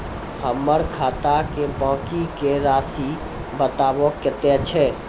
हमर खाता के बाँकी के रासि बताबो कतेय छै?